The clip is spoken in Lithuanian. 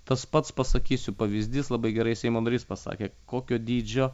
tas pats pasakysiu pavyzdys labai gerai seimo narys pasakė kokio dydžio